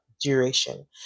duration